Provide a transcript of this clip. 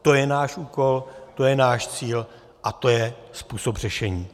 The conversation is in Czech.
To je náš úkol, to je náš cíl a to je způsob řešení.